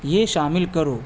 یہ شامل کرو